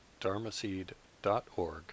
dharmaseed.org